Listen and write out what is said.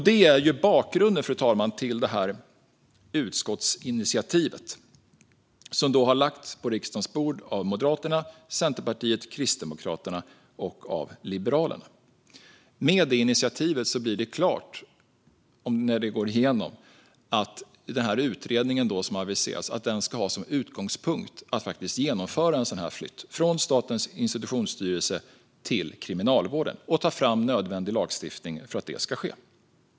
Detta är bakgrunden, fru talman, till utskottsinitiativet. Förslaget har lagts på riksdagens bord av Moderaterna, Centerpartiet, Kristdemokraterna och Liberalerna. När initiativet går igenom blir det klart att den aviserade utredningen ska ha som utgångspunkt att genomföra en flytt från Statens institutionsstyrelse till Kriminalvården och ta fram nödvändig lagstiftning för att det ska ske.